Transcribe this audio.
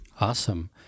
Awesome